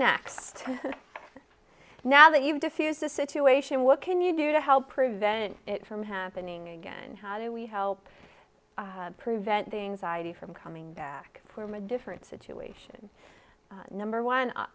next now that you've discussed the situation what can you do to help prevent it from happening again how do we help prevent the anxiety from coming back from a different situation number one i